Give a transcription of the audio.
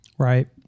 Right